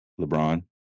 LeBron